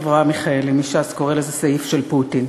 חבר הכנסת אברהם מיכאלי מש"ס קורא לזה סעיף של פוטין.